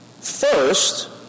first